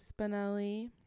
Spinelli